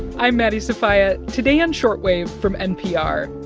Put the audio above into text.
i'm maddie sofia. today on short wave from npr,